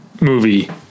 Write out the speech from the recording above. movie